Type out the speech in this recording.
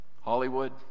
Hollywood